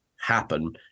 happen